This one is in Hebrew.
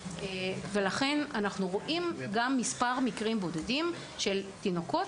ולכן אנחנו רואים גם מספר מקרים בודדים של תינוקות